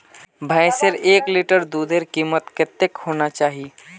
भैंसेर एक लीटर दूधेर कीमत कतेक होना चही?